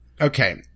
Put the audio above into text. okay